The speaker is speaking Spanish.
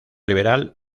liberal